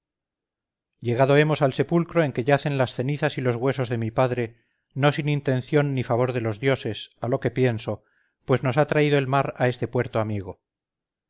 llegado hemos al sepulcro en que yacen las cenizas y los huesos de mi padre no sin intención ni favor de los dioses a lo que pienso pues nos ha traído el mar a este puerto amigo